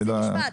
חצי משפט.